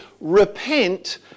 repent